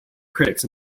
critics